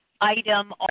item